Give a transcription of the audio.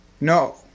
No